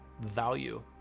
value